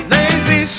Lazy